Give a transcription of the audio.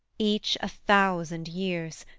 each, a thousand years,